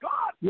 God